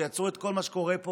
שיעצרו את כל מה שקורה פה.